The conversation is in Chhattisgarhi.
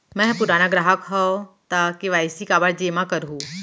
मैं ह पुराना ग्राहक हव त के.वाई.सी काबर जेमा करहुं?